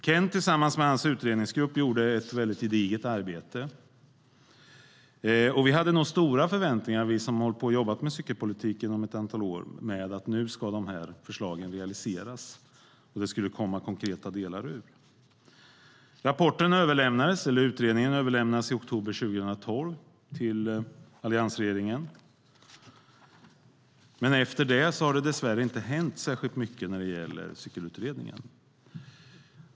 Kent och hans utredningsgrupp gjorde ett väldigt gediget arbete, och vi som har jobbat med cykelpolitiken ett antal år hade nog stora förväntningar på att nu skulle dessa förslag realiseras och det skulle komma något konkret ur det. Utredningen överlämnades i oktober 2012 till alliansregeringen. Men efter det har det dessvärre inte hänt särskilt mycket när det gäller Cykelutredningen.